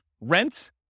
rent